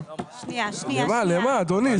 למה אדוני?